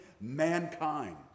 mankind